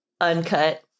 Uncut